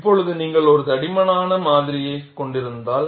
இப்போது நீங்கள் ஒரு தடிமனான மாதிரியை கொண்டிருந்தால்